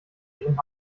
ihren